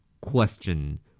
Question